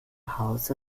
hause